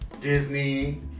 Disney